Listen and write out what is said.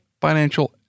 financial